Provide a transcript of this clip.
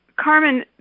Carmen